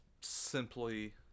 simply